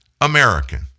American